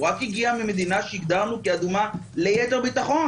הוא רק הגיע ממדינה שהגדרנו אדומה ליתר ביטחון,